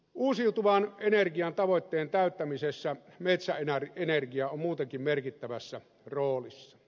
uusiutuvan energian tavoitteen täyttämisessä metsäenergia on muutenkin merkittävässä roolissa